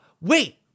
wait